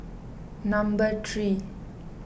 number three